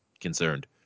concerned